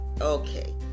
Okay